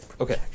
Okay